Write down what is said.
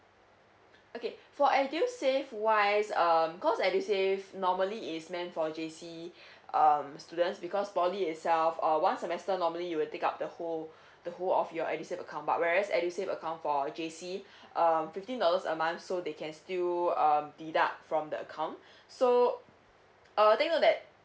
okay for edusave wise um cause edusave normally is meant for J_C um students because poly itself uh one semester normally you will take up the whole the whole of your edusave account but whereas edusave account for J_C um fifteen dollars a month so they can still um deduct from the account so uh take note that